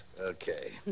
Okay